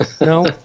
No